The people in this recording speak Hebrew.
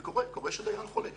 וקורה שדיינים חולים.